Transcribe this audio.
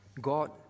God